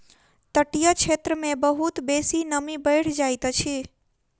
तटीय क्षेत्र मे बहुत बेसी नमी बैढ़ जाइत अछि